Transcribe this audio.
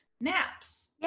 naps